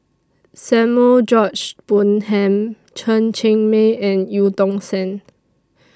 Samuel George Bonham Chen Cheng Mei and EU Tong Sen